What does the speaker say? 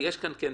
דנה, יש כאן מסר.